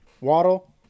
Waddle